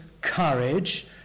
courage